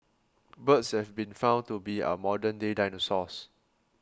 birds have been found to be our modern day dinosaurs